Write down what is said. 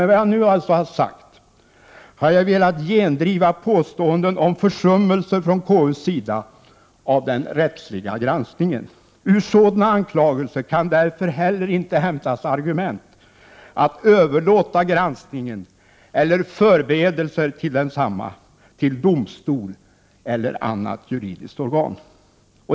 Med det jag nu har sagt har jag velat gendriva påståenden om försummelser från KU:s sida av den rättsliga granskningen. Ur sådana anklagelser kan därför heller inte hämtas argument att överlåta granskningen eller förberedelser till densamma till domstol eller annat juridiskt organ.